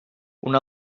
una